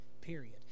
period